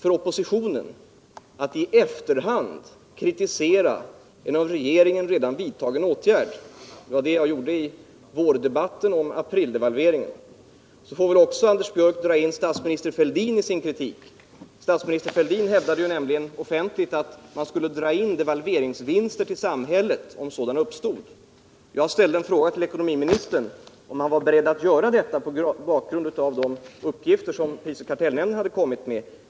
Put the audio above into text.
Om oppositionens kritik i efterhand av en av regeringen redan vidtagen åtgärd skulle vara förgriplig — det var sådan kritik jag framförde i vårdebatten om aprildevalveringen — får väl Anders Björck också kritisera statsminister Fälldin. Han hävdade nämligen offentligt att man skulle dra in devalveringsvinster till samhället om sådana uppstod. Jag frågade ekonomiministern om han var beredd att göra detta mot bakgrund av de uppgifter som prisoch kartellnämnden hade kommit med.